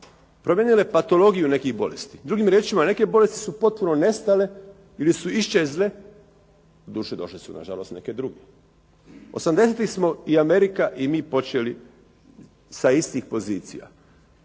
promijenile patologiju nekih bolesti. Drugim riječima, neke bolesti su potpuno nestale ili su iščezle. Doduše, došle su na žalost neke druge. Osamdesetih smo i Amerika i mi počeli sa istih pozicija.